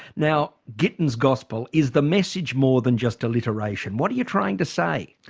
now, gittins' gospel is the message more than just alliteration? what are you trying to say?